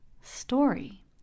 story